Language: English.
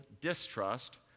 distrust